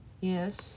Yes